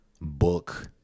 book